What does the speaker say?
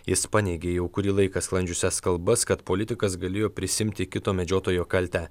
jis paneigė jau kurį laiką sklandžiusias kalbas kad politikas galėjo prisiimti kito medžiotojo kaltę